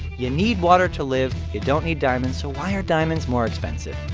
you need water to live. you don't need diamonds. so why are diamonds more expensive?